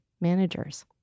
managers